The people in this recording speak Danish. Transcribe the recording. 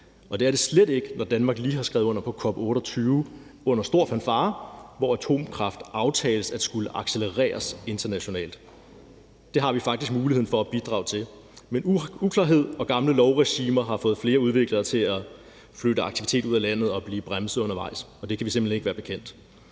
og det er det slet ikke, når Danmark lige har skrevet under på COP28 under stor fanfare, hvor atomkraft aftales at skulle accelereres internationalt. Det har vi faktisk mulighed for at bidrage til. Men uklarhed og gamle lovregimer har fået flere udviklere til at flytte aktivitet ud af landet og blive bremset undervejs, og det kan vi simpelt hen ikke være bekendt.